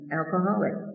alcoholic